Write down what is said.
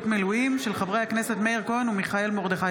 בעקבות דיון מהיר בהצעתם של חברי הכנסת מאיר כהן ומיכאל מרדכי